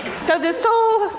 so this whole